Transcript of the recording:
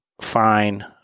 fine